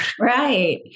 Right